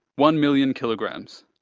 one million kilograms,